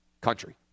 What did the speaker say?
country